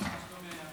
בנושא: